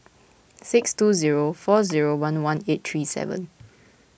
six two zero four zero one one eight three seven